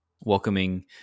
welcoming